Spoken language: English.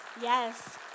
yes